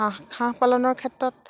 হাঁহ হাঁহ পালনৰ ক্ষেত্ৰত